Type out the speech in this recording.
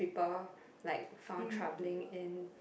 Sngapore like found troubling in